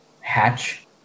hatch